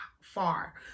far